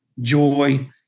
joy